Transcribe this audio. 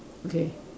okay